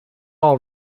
all